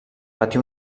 patí